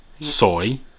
Soy